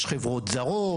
יש חברות זרות,